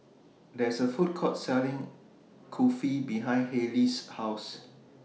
There IS A Food Court Selling Kulfi behind Hayley's House